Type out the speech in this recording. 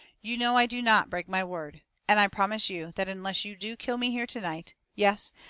you know i do not break my word. and i promise you that unless you do kill me here tonight yes,